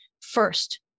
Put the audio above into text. first